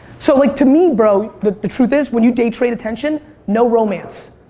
so like to me bro the the truth is when you day trade attention, no romance.